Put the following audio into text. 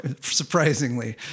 surprisingly